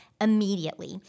immediately